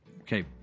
Okay